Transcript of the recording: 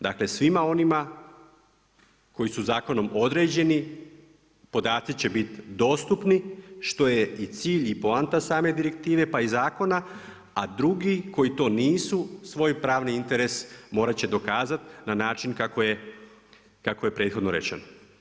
Dakle svima onima koji su zakonom određeni podatci će biti dostupni što je i cilj i poanta same direktive pa i zakona a drugi koji to nisu svoj pravni interes morati će dokazati na način kako je prethodno rečeno.